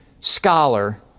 scholar